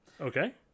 Okay